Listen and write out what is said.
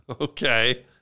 Okay